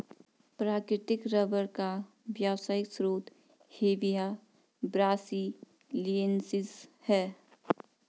प्राकृतिक रबर का व्यावसायिक स्रोत हेविया ब्रासिलिएन्सिस है